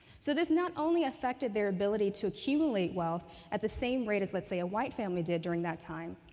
so, this not only affected their ability to accumulate wealth at the same rate as, let's say, a white family did during that time,